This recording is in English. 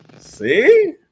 see